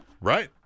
Right